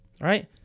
Right